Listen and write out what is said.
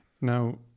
now